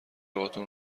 هاتون